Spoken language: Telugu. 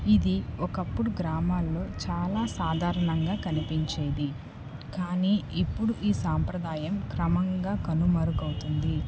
ఇది ఒకప్పుడు గ్రామాల్లో చాలా సాధారణంగా కనిపించేది కానీ ఇప్పుడు ఈ సాంప్రదాయం క్రమంగా కనుమరుగవుతుంది